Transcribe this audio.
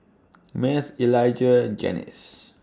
Math Elijah Janis